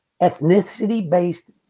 ethnicity-based